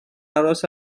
aros